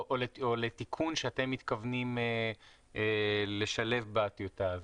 לתיקון שאתם מתכוונים לשלב בטיוטה הזאת?